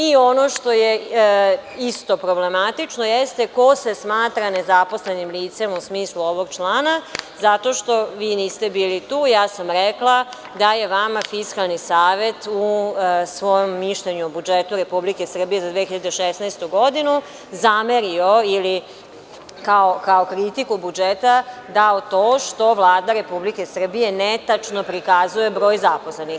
I ono što je isto problematično jeste ko se smatra nezaposlenim licem u smislu ovog člana, zato što niste bili tu i rekla sam da je vama Fiskalni savet u svom mišljenju u budžetu Republike Srbije za 2016. godinu, zamerio ili kao kritiku budžeta dao to što Vlada Republike Srbije netačno prikazuje broj zaposlenih.